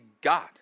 God